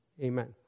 Amen